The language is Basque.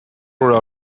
hura